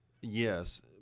Yes